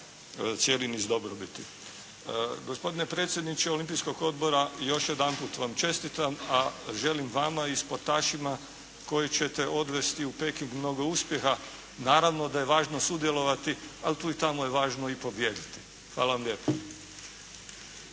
cijeli niz dobrobiti. Gospodine predsjedniče Olimpijskog odbora još jedanput vam čestitam, a želim vama i sportašima koje ćete odvesti u Peking mnogo uspjeha. Naravno da je važno sudjelovati, ali tu i tamo je važno i pobijediti. Hvala vam lijepa.